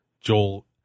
joel